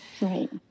Right